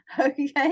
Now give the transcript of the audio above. Okay